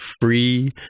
free